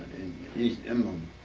east inland.